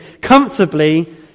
comfortably